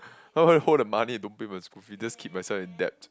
why would I hold the money don't pay my school fee just keep myself in debt